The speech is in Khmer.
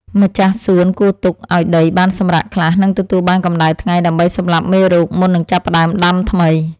ម្ចាស់សួនគួរទុកឱ្យដីបានសម្រាកខ្លះ និងទទួលបានកម្ដៅថ្ងៃដើម្បីសម្លាប់មេរោគមុននឹងចាប់ផ្តើមដាំថ្មី។